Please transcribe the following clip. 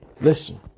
Listen